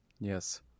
Yes